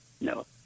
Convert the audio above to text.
no